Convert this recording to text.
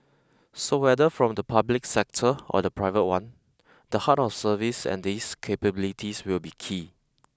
so whether from the public sector or the private one the heart of service and these capabilities will be key